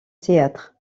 théâtre